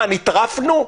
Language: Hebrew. מה, נטרפנו?